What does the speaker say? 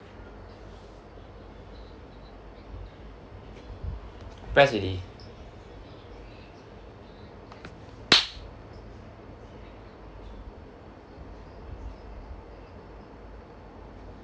press already